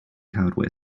hardware